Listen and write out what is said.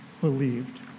believed